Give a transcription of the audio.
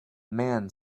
man